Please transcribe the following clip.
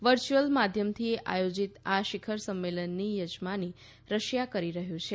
virtual માધ્યમથી આયોજિત આ શિખર સંમેલનની યજમાની રશિયા કરી રહ્યું છે